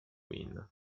queen